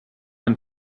ein